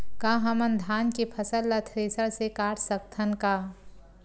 का हमन धान के फसल ला थ्रेसर से काट सकथन का?